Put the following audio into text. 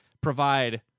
provide